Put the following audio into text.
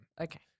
Okay